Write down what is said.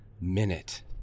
minute